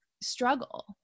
struggle